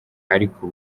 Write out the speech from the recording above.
ariko